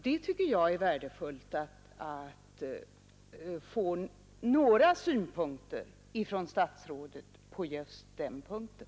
Jag tycker att det vore värdefullt att få några synpunkter från statsrådet på just den punkten.